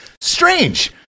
Strange